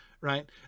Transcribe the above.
right